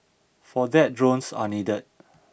for that drones are needed